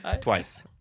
Twice